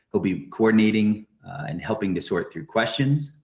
will be coordinating and helping to sort through questions.